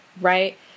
right